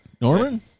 Norman